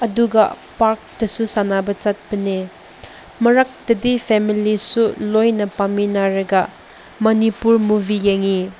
ꯑꯗꯨꯒ ꯄꯥꯔꯛꯇꯁꯨ ꯁꯥꯟꯅꯕ ꯆꯠꯄꯅꯦ ꯃꯔꯛꯇꯗꯤ ꯐꯦꯃꯤꯂꯤꯁꯨ ꯂꯣꯏꯅ ꯐꯝꯃꯤꯟꯅꯔꯒ ꯃꯅꯤꯄꯨꯔ ꯃꯨꯚꯤ ꯌꯦꯡꯉꯤ